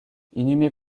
inhumé